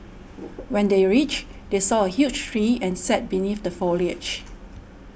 when they reached they saw a huge tree and sat beneath the foliage